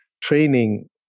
training